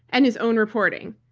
and his own reporting.